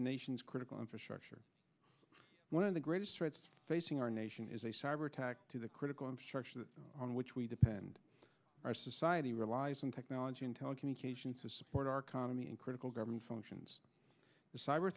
nation's critical infrastructure one of the greatest threats facing our nation is a cyber attack to the critical infrastructure on which we depend our society relies on technology and telecommunications to support our common me in critical government functions and cyber